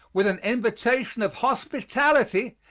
with an invitation of hospitality,